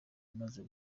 maze